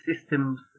systems